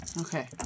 Okay